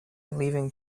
leaving